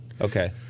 Okay